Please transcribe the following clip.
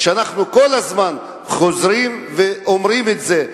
ואנחנו כל הזמן חוזרים ואומרים את זה,